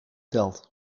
telt